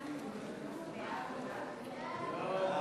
סעיפים 1